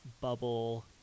bubble